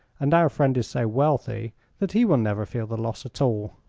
and our friend is so wealthy that he will never feel the loss at all.